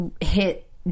hit